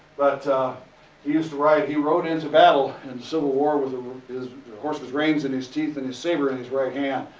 he used to ride, he rode into battle and civil war with ah his horse's reins in his teeth and his saber in his right hand.